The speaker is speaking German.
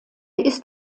ist